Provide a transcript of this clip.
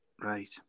Right